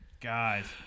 Guys